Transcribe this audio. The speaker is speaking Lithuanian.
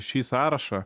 šį sąrašą